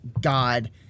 God